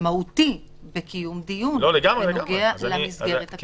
מהותי בקיום דיון בנוגע למסגרת הכללית.